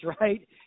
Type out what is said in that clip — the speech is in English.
right